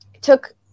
took